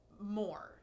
more